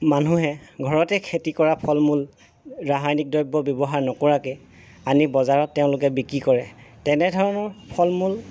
মানুহে ঘৰতে খেতি কৰা ফল মূল ৰাসায়নিক দ্ৰব্য ব্যৱহাৰ নকৰাকৈ আনি বজাৰত তেওঁলোকে বিক্ৰী কৰে তেনেধৰণৰ ফল মূল